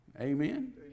Amen